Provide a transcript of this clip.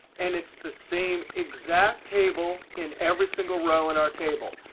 and it's the same exact table in every single row in our table.